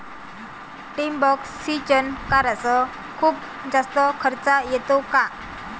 ठिबक सिंचन कराच खूप जास्त खर्च येतो का?